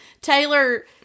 Taylor